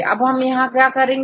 इसके लिए हम क्या करेंगे